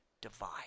divide